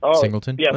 singleton